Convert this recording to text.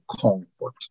comfort